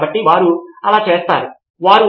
కాబట్టి మీరు అప్పుడు సమస్యను పెంచుకోవడం లేదా